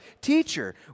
Teacher